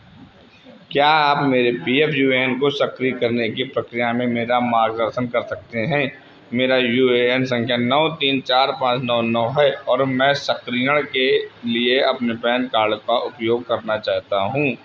क्या आप मेरे P F U A N को सक्रिय करने की प्रक्रिया में मेरा मार्गदर्शन कर सकते हैं मेरा यू ए एन संख्या नौ तीन चार पाँच नौ नौ है और मैं सक्रियण के लिए अपने पैन कार्ड का उपयोग करना चाहता हूँ